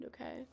okay